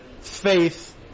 faith